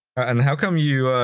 and how come you,